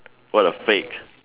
what a fake